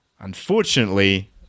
Unfortunately